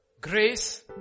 Grace